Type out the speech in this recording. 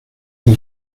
les